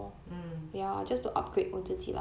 mm